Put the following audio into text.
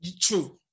True